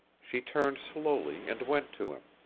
she turned slowly and went to him,